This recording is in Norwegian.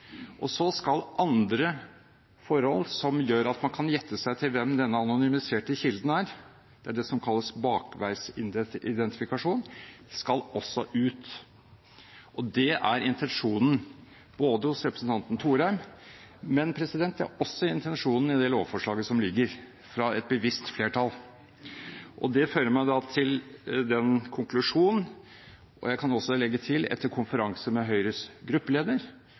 før. Så skal andre forhold som gjør at man kan gjette seg til hvem denne anonymiserte kilden er, det som kalles bakveisidentifikasjon, også ut. Det er intensjonen hos representanten Thorheim, men det er også intensjonen i det lovforslaget som ligger fra et bevisst flertall. Det fører meg til den konklusjonen – og jeg kan legge til: etter konferanse med Høyres gruppeleder